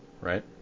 Right